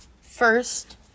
first